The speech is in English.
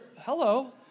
Hello